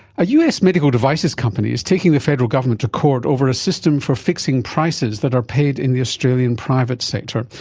a us medical devices company is taking the federal government to court over a system for fixing prices that are paid in the australian private sector,